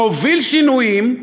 הוא מוביל שינויים,